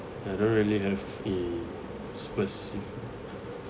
I don't really have a specific